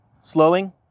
slowing